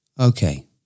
Okay